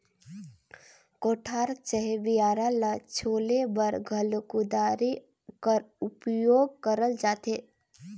कोठार चहे बियारा ल छोले बर घलो कुदारी कर उपियोग करल जाथे